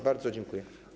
Bardzo dziękuję.